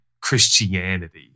Christianity